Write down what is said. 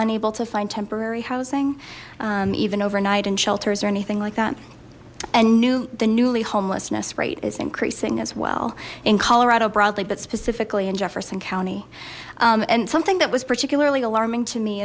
unable to find temporary housing even overnight in shelters or anything like that and new the newly homelessness rate is increasing as well in colorado broadly but specifically in jefferson county and something that was particularly alarming to me